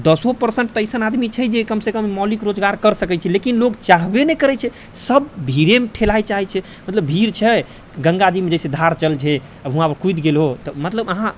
दसो परसेन्ट तऽ अइसन आदमी छै जे कम सँ कम मौलिक रोजगार कर सकै छै लेकिन लोग चाहबे नहि करै छै सब भीड़ेमे ठेलाइ लए चाहै छै मतलब भीड़ छै गङ्गा जीमे जैसे धार चलै छै उहाँपर कुदि गेल ओ तऽ मतलब अहाँ